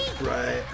Right